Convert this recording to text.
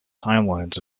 timelines